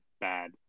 bad